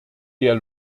der